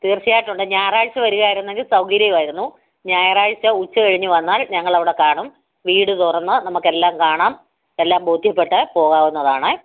തീർച്ചയായിട്ടും ഉണ്ട് ഞായറാഴ്ച വരികയായിരുന്നെങ്കിൽ സൗകര്യമായിരുന്നു ഞായറാഴ്ച ഉച്ച കഴിഞ്ഞ് വന്നാൽ ഞങ്ങളവിടെ കാണും വീട് തുറന്ന് നമുക്കെല്ലാം കാണാം എല്ലാം ബോധ്യപ്പെട്ട് പോകാവുന്നതാണ്